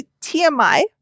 TMI